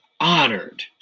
Honored